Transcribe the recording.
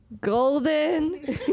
golden